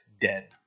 dead